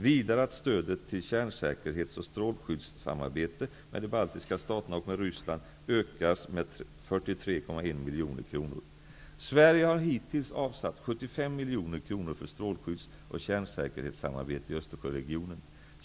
Vidare att stödet till kärnsäkerhets och strålskyddssamarbete med de baltiska staterna och med Ryssland ökas med 43,1 miljoner kronor. Sverige har hittills avsatt 75 miljoner kronor för strålskydds och kärnsäkerhetssamarbete i Östersjöregionen.